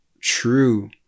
true